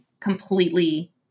completely